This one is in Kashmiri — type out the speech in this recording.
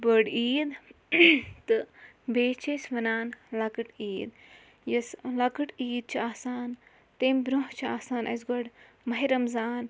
بٔڑ عیٖد تہٕ بیٚیِس چھِ أسۍ وَنان لَکٕٹۍ عیٖد یۄس لَکٕٹۍ عیٖد چھِ آسان تمہِ برونٛہہ چھِ آسان اسہِ گۄڈٕ ماہِ رَمضان